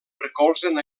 recolzen